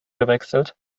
gewechselt